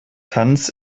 tanz